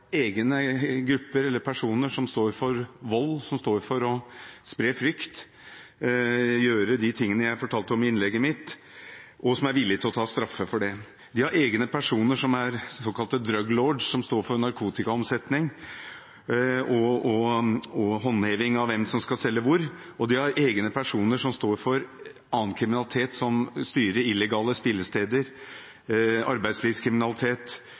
egne grupper eller personer som står for vold, som står for å spre frykt – gjøre de tingene jeg fortalte om i hovedinnlegget mitt – og som er villige til å ta straffen for det. De har egne personer som er såkalte «drug lords», som står for narkotikaomsetning og håndheving av hvem som skal selge hvor. De har egne personer som står for annen kriminalitet, og som styrer illegale spillesteder, arbeidslivskriminalitet